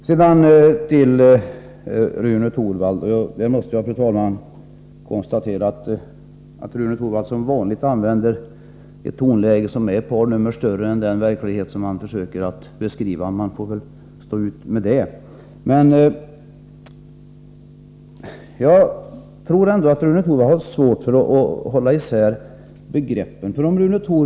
Sedan några ord till Rune Torwald. Jag måste, fru talman, notera att Rune Torwald som vanligt använder ett tonläge som är ett par steg högre än vad som är nödvändigt med hänsyn till den verklighet som han försöker beskriva. Men man får väl stå ut med det. Jag tror ändå att Rune Torwald har svårt att hålla isär begreppen.